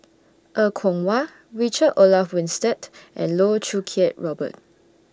Er Kwong Wah Richard Olaf Winstedt and Loh Choo Kiat Robert